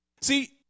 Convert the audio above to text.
See